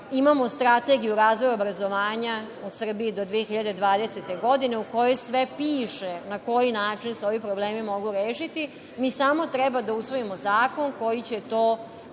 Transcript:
Imamo Strategiju razvoja obrazovanja u Srbiji do 2020. godine u kojoj sve piše, na koji način se ovi problemi mogu rešiti. Mi samo treba da usvojimo zakon koji će to